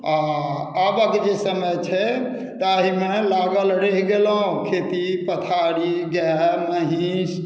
आ आबक जे समय छै ताहिमे लागल रहि गेलहुँ खेती पथारी गाए महीँस